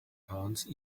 pants